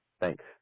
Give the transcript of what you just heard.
Thanks